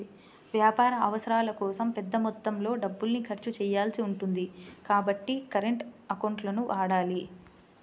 వ్యాపార అవసరాల కోసం పెద్ద మొత్తంలో డబ్బుల్ని ఖర్చు చేయాల్సి ఉంటుంది కాబట్టి కరెంట్ అకౌంట్లను వాడాలి